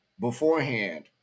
beforehand